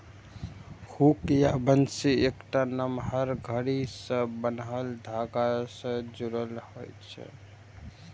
hook या बंसी एकटा नमहर छड़ी सं बान्हल धागा सं जुड़ल होइ छै